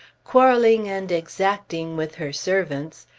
quarreling and exacting with her servants,